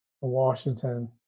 Washington